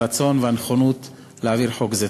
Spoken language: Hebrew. הרצון והנכונות להעביר חוק זה.